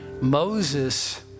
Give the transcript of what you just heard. Moses